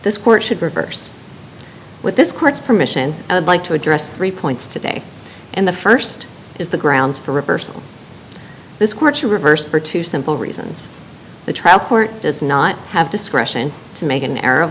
this court should reverse with this court's permission i would like to address three points today and the st is the grounds for reversal this court's reversed for two simple reasons the trial court does not have discretion to make an